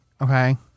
okay